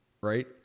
right